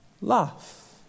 laugh